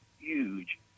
huge